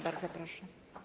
Bardzo proszę.